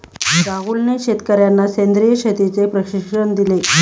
राहुलने शेतकर्यांना सेंद्रिय शेतीचे प्रशिक्षण दिले